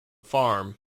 farm